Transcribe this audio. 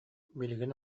билигин